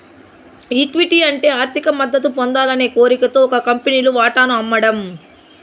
equity అంటే ఆర్థిక మద్దతు పొందాలనే కోరికతో ఒక కంపెనీలు వాటాను అమ్మడం